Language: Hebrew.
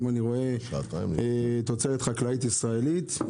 אם אני רואה תוצאת חקלאית ישראלית,